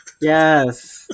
yes